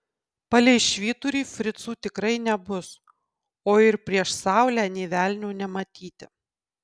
palei švyturį fricų tikrai nebus o ir prieš saulę nė velnio nematyti